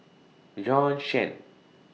Bjorn Shen